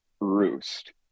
roost